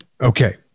Okay